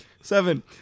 seven